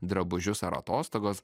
drabužius ar atostogos